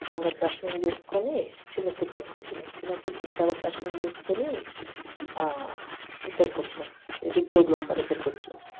ఆమె దర్శనం చేసుకుని చిన్న తిరుపతికి వచ్చినాం చిన్న తిరుపతి కాడ దర్శనం చేసుకొని ఇక్కడికి వచ్చినాం ఏటు జోగులాంబ దగ్గరకి వచ్చినాం